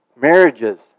marriages